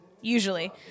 Usually